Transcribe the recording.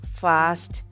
fast